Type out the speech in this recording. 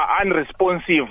unresponsive